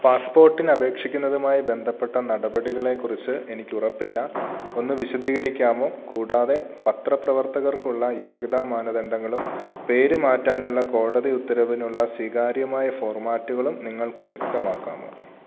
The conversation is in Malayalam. പാസ്പോർട്ടിന് അപേക്ഷിക്കുന്നതുമായി ബന്ധപ്പെട്ട നടപടികളെക്കുറിച്ച് എനിക്ക് ഉറപ്പില്ല ഒന്ന് വിശദീകരിക്കാമോ കൂടാതെ പത്രപ്രവർത്തകർക്കുള്ള യോഗ്യതാ മാനദണ്ഡങ്ങളും പേര് മാറ്റാനുള്ള കോടതി ഉത്തരവിനുള്ള സ്വീകാര്യമായ ഫോർമാറ്റുകളും നിങ്ങൾക്ക് വ്യക്തമാക്കാമോ